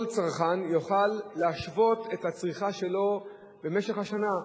כל צרכן יוכל להשוות את הצריכה שלו במשך השנה.